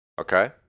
Okay